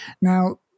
Now